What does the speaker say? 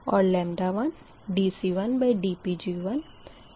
और 1dC1dPg1018 Pg141 है